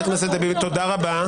תודה רבה.